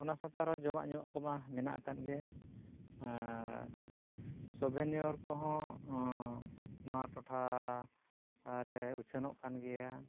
ᱚᱱᱟ ᱥᱟᱶᱛᱮ ᱟᱨᱦᱚᱸ ᱡᱚᱢᱟᱜ ᱧᱩᱣᱟᱜ ᱠᱚᱢᱟ ᱢᱮᱱᱟᱜ ᱟᱠᱟᱫᱜᱮ ᱟᱨ ᱥᱚᱵᱮᱱᱤᱭᱚᱨ ᱠᱚᱦᱚᱸ ᱱᱚᱣᱟ ᱴᱚᱴᱷᱟᱨᱮ ᱩᱪᱷᱟᱹᱱᱚᱜ ᱠᱟᱱ ᱜᱮᱭᱟ